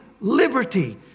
liberty